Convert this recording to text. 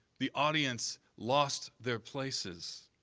the audience lost their places.